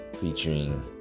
Featuring